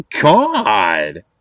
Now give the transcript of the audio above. God